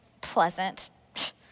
Pleasant